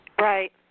Right